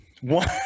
One